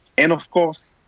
and of course,